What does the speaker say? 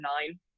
nine